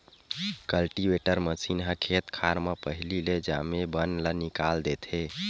cultivator machine ह खेत खार म पहिली ले जामे बन ल निकाल देथे